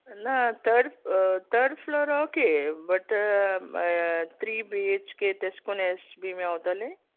ना third third floor okay but three B H K तेश कोन एश बी मेवतोलें